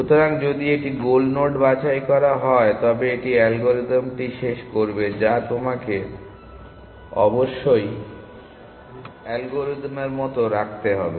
সুতরাং যদি এটি গোল নোড বাছাই করা হয় তবে এটি অ্যালগরিদমটি শেষ করবে যা তোমাকে অবশ্যই অ্যালগরিদমের মতো রাখতে হবে